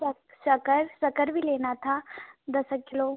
sucker सकर भी लेना था दस किलो